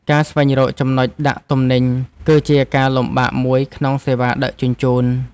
ការស្វែងរកចំណុចដាក់ទំនិញ គឺជាការលំបាកមួយក្នុងសេវាដឹកជញ្ជូន។